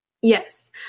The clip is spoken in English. Yes